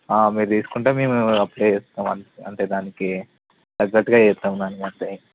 మీరు తీసుకుంటే మేము అప్లై చేస్తాం అంటే అంతే దానికి తగ్గట్టుగా చేస్తాం దానికి అంతే ఇక